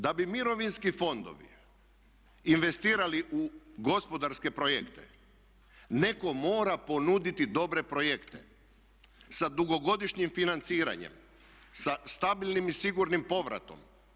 Da bi mirovinski fondovi investirali u gospodarske projekte netko mora ponuditi dobre projekte sa dugogodišnjim financiranjem, sa stabilnim i sigurnim povratom.